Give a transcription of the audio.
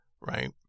right